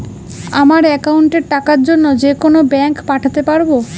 আমার একাউন্টের টাকা অন্য যেকোনো ব্যাঙ্কে পাঠাতে পারব?